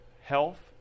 health